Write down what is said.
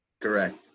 correct